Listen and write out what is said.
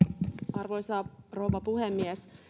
arvoisa rouva puhemies